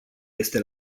este